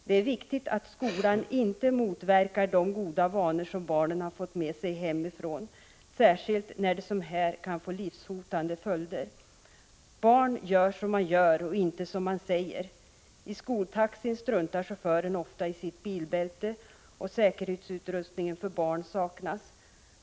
Det är viktigt att skolan inte motverkar de goda vanor som barnen fått med sig hemifrån, särskilt när det som här kan få livshotande följder. Barn gör som man gör och inte som man säger. I skoltaxin struntar chauffören ofta i sitt bilbälte, och säkerhetsutrustning för barn saknas.